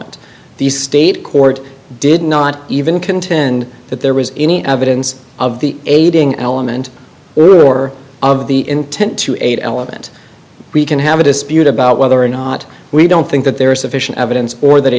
want the state court did not even contend that there was any evidence of the aiding element in or of the intent to eight element we can have a dispute about whether or not we don't think that there is sufficient evidence or that